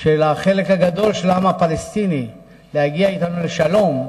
של חלק הגדול של העם הפלסטיני להגיע אתנו לשלום,